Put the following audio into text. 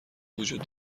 وجود